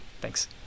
thanks